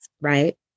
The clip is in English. right